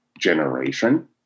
Generation